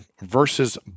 versus